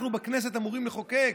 אנחנו בכנסת אמורים לחוקק.